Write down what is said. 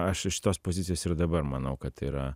aš iš šitos pozicijos ir dabar manau kad tai yra